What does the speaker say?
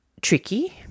tricky